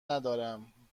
ندارم